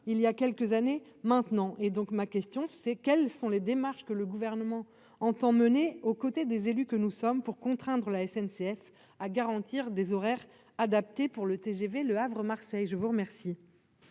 il y a quelques années maintenant et donc ma question c'est : quelles sont les démarches que le gouvernement entend mener aux côtés des élus que nous sommes pour contraindre la SNCF à garantir des horaires adaptés pour le TGV Le Havre-Marseille je vous remercie.